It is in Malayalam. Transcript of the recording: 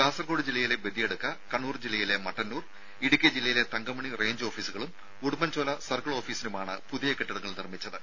കാസർകോട് ജില്ലയിലെ ബദിയടുക്ക കണ്ണൂർ ജില്ലയിലെ മട്ടന്നൂർ ഇടുക്കി ജില്ലയിലെ തങ്കമണി റെയ്ഞ്ച് ഓഫീസുകളും ഉടുമ്പൻചോല സർക്കിൾ ഓഫീസിനുമാണ് പുതിയ കെട്ടിടങ്ങൾ നിർമ്മിച്ചത്